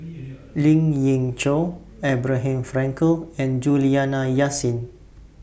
Lien Ying Chow Abraham Frankel and Juliana Yasin